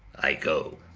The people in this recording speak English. i go.